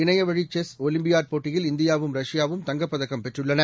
இணையவழிசெஸ்ஓலிம்பியாட்போட்டியில்இந்தியாவும் ரஷ்யாவும்தங்கப்பதக்கம்பெற்றுள்ளன